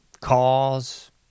cause